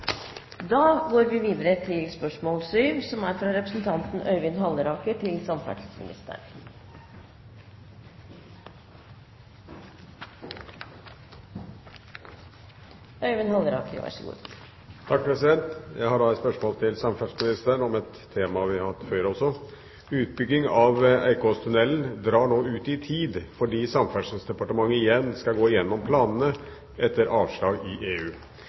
Jeg har et spørsmål til samferdselsministeren om et tema det har vært snakk om tidligere i dag: «Utbyggingen av Eikåstunnelen drar nå ut i tid fordi Samferdselsdepartementet igjen skal gå gjennom planene, etter avslag i EU.